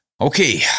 Okay